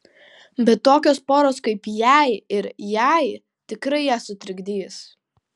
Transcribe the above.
bet tokios poros kaip jei ir jai tikrai ją sutrikdys